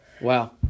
Wow